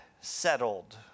settled